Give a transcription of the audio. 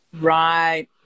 Right